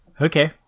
Okay